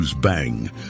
Bang